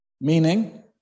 Meaning